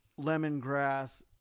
lemongrass